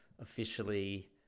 officially